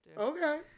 okay